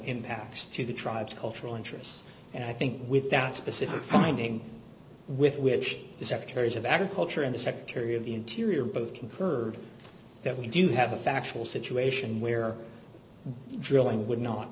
impacts to the tribes cultural interests and i think without specific finding with which the secretary of agriculture and the secretary of the interior both concurred that we do have a factual situation where drilling would not